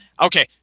okay